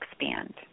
expand